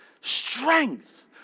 strength